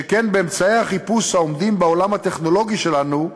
שכן באמצעי החיפוש העומדים בעולם הטכנולוגי שלנו,